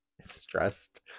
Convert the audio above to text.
stressed